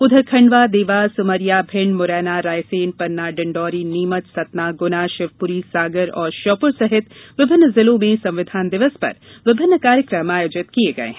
उधर खंडवा देवास उमरिया भिंड मुरैना रायसेन पन्ना डिण्डोरी नीमच सतना गुना शिवपुरी सागर और श्योपुर सहित विभिन्न जिलों में संविधान दिवस पर विभिन्न कार्यक्रम आयोजित किये गये हैं